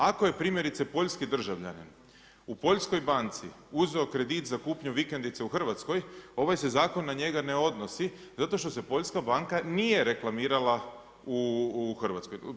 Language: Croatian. Ako je primjerice poljski državljanin u poljskoj banci uzeo kredit za kupnju vikendice u Hrvatskoj, ovaj se zakon na njega ne odnosi zato što se poljska banka nije reklamirala u Hrvatskoj.